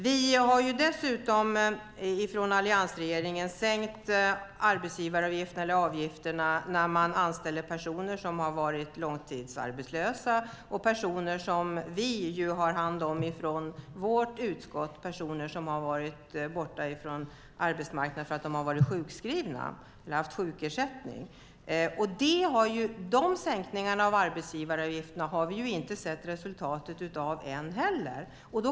Vi har dessutom från alliansregeringen sänkt arbetsgivaravgifterna när man anställer personer som har varit långtidsarbetslösa och personer som vi har hand om från vårt utskott, det vill säga personer som har varit borta från arbetsmarknaden för att de har varit sjukskrivna eller haft sjukersättning. De sänkningarna av arbetsgivaravgifterna har vi inte heller sett resultatet av än.